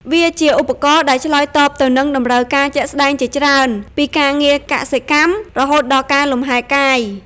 វាជាឧបករណ៍ដែលឆ្លើយតបទៅនឹងតម្រូវការជាក់ស្តែងជាច្រើន ពីការងារកសិកម្ម រហូតដល់ការលំហែកាយ។